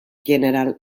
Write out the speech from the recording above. general